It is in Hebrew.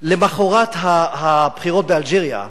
למחרת הבחירות באלג'יריה,